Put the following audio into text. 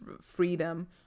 freedom